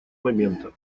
момента